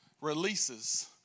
releases